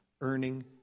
Earning